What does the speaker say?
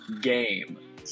game